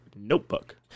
notebook